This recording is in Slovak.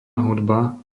hudba